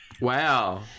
Wow